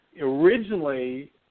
originally